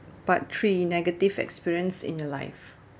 part three negative experience in life